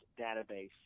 database